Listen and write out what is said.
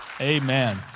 Amen